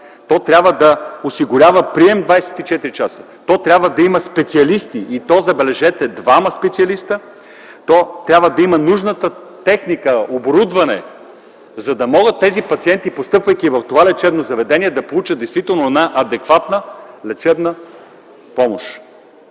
то трябва да осигурява прием 24 часа. Трябва да има специалисти, и то двама специалисти, трябва да има нужната техника, оборудване, за да могат пациентите, постъпвайки в това лечебно заведение, да получат действително адекватна лечебна помощ.